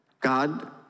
God